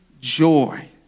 joy